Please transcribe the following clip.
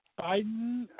Biden